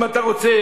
אם אתה רוצה,